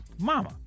mama